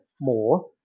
more